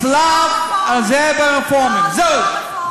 צלב, זה הרפורמים, זהו.